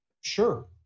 Sure